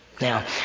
Now